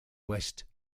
west